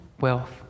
wealth